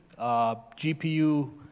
GPU